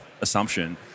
assumption